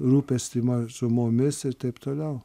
rūpestį mažumomis ir taip toliau